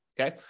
Okay